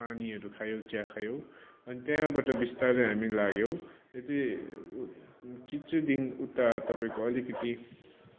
पानीहरू खायौँ चिया खायौँ अनि त्यहाँबाट बिस्तारै हामी लाग्यौँ यति चित्रदेखि उता तपाईँको अलिकति